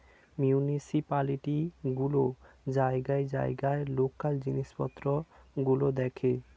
municipality গুলো জায়গায় জায়গায় লোকাল জিনিসপত্র গুলো দেখে